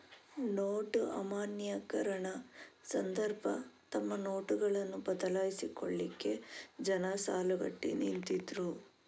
note ಅಮಾನ್ಯೀಕರಣ ಸಂದರ್ಭ ತಮ್ಮ ನೋಟುಗಳನ್ನ ಬದಲಾಯಿಸಿಕೊಳ್ಲಿಕ್ಕೆ ಜನ ಸಾಲುಗಟ್ಟಿ ನಿಂತಿದ್ರು